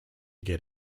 get